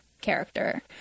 character